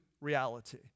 reality